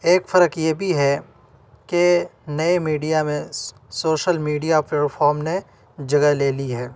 ایک فرق یہ بھی ہے کہ نئے میڈیا میں سوشل میڈیا پلیٹفارم نے جگہ لے لی ہے